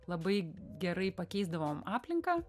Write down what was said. labai gerai pakeisdavom aplinką